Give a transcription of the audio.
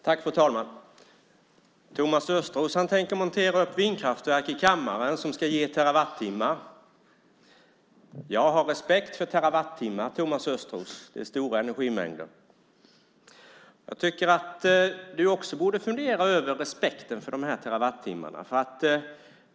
Fru talman! Thomas Östros tänker montera upp vindkraftverk i kammaren som ska ge terawattimmar. Jag har respekt för terawattimmar, Thomas Östros. Det är stora energimängder. Jag tycker att du också borde fundera över respekten för de här terawattimmarna.